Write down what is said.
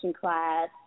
class